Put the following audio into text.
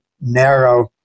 narrow